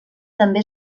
també